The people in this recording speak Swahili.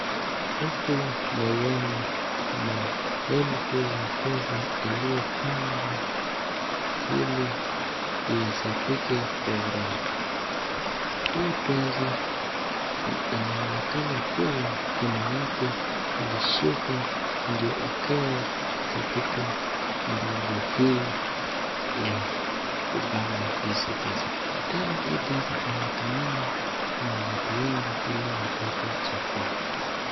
Huku naiona maelfu ya pesa iliyopangwa ili ihesabike kwa urahisi. Hii pesa inaonekana kuwa kuna mtu alishika ndo ikae katika mpango hii ya kupanga hizi pesa, tena hii pesa inatumiwa na watu wengi ili wapate chakula.